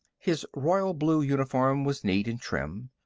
his royal blue uniform was neat and trim.